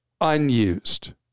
unused